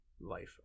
life